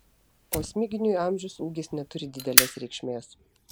o smiginiui amžius ūgis neturi didelės reikšmės